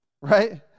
right